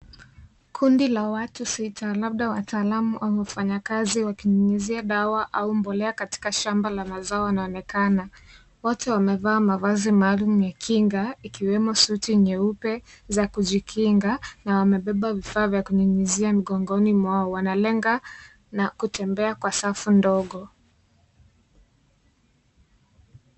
Kundi la watu sita, labda wataalamu au wafanyakazi, wakinyunyuzia dawa au mbolea katika shamba la mazao wanaonekana. Watu wamevaa mavazi maalum ya kinga, ikiwemo suti nyeupe za kujikinga na wamebeba vifaa vya kunyunyuzia migongoni mwao. Wanalenga na kutembea kwa safu ndogo.